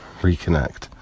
reconnect